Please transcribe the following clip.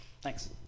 Thanks